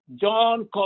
John